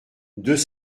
deux